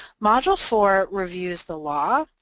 module four reviews the law,